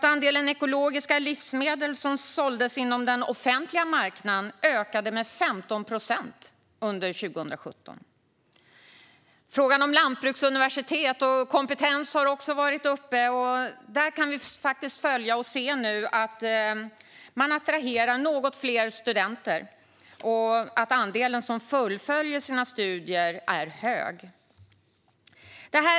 Andelen ekologiska livsmedel som såldes inom den offentliga marknaden ökade med 15 procent år 2017. Lantbruksuniversitetet och frågan om kompetens har också varit uppe. Vi kan nu se att man attraherar något fler studenter, och andelen som fullföljer studierna är hög.